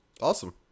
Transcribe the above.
Awesome